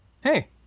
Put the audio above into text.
Hey